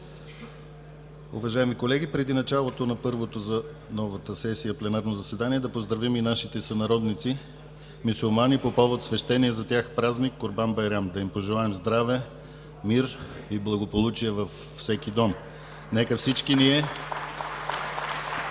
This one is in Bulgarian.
Уважаеми колеги, преди началото на първото за новата сесия пленарно заседание да поздравим и нашите сънародници мюсюлмани по повод свещения за тях празник – Курбан байрам! Да им пожелаем здраве, мир и благополучие във всеки дом. (Ръкопляскания.)